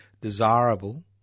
desirable